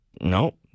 Nope